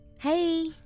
Hey